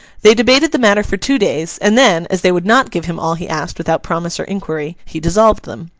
they debated the matter for two days and then, as they would not give him all he asked without promise or inquiry, he dissolved them.